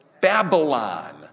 Babylon